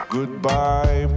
Goodbye